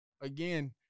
Again